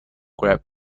grab